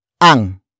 Ang